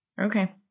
Okay